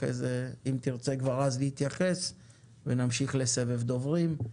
אחרי זה אם תרצה כבר אז להתייחס ונמשיך לסבב דוברים.